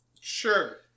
Sure